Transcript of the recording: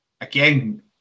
again